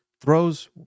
throws